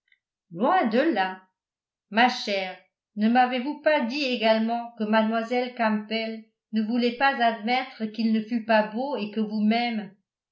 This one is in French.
loin de là ma chère ne m'avez-vous pas dit également que mlle campbell ne voulait pas admettre qu'il ne fut pas beau et que vous-même